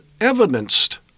evidenced